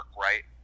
right